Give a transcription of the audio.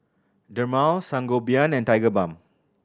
Dermale Sangobion and Tigerbalm